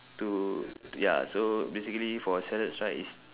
to ya so basically for salads right it's